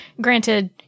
Granted